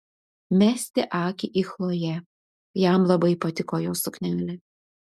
mesti akį į chlojė jam labai patiko jos suknelė